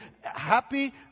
happy